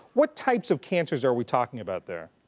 what types of cancers are we talking about there?